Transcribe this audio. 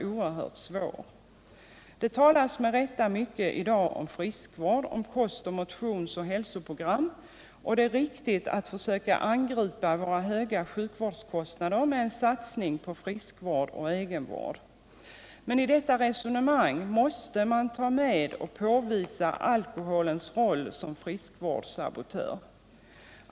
Det talas med rätta mycket i dag om friskvård, kost-, motionsoch hälsoprogram, och det är riktigt att försöka angripa våra höga sjukvårdskostnader med en satsning på friskvård och egenvård. Men i detta resonemang måste man ta med och påvisa alkoholens roll som frisk vårdssabotör.